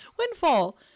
Windfall